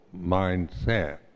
mindset